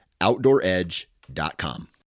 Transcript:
OutdoorEdge.com